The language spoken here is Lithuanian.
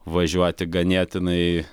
važiuoti ganėtinai